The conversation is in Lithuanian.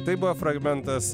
tai buvo fragmentas